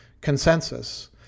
consensus